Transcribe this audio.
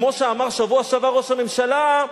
כמו שאמר בשבוע שעבר ראש הממשלה,